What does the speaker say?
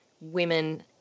women